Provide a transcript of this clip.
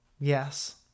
Yes